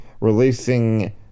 releasing